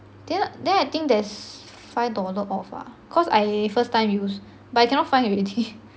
then then I think there's five dollar off ah cause I first time use but I cannot find already